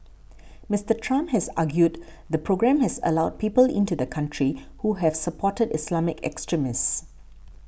Mister Trump has argued the programme has allowed people into the country who has supported Islamic extremists